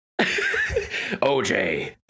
OJ